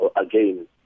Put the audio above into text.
again